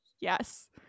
Yes